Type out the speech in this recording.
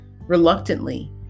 reluctantly